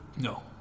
No